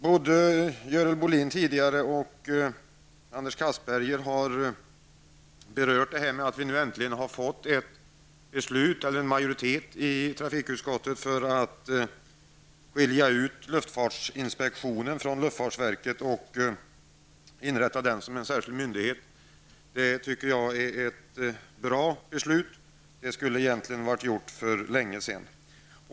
Både Görel Bohlin och Anders Castberger har berört det förhållandet att vi nu äntligen har fått en majoritet i trafikutskottet för att skilja ut luftfartsinspektionen från luftfartsverket och inrätta den som en särskild myndighet. Det tycker jag är ett bra beslut; det skulle egentligen ha fattats för länge sedan.